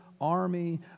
army